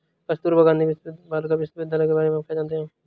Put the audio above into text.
कस्तूरबा गांधी बालिका विद्यालय के बारे में आप क्या जानते हैं?